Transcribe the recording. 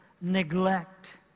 neglect